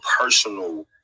personal